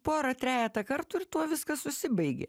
porą trejetą kartų ir tuo viskas užsibaigė